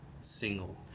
single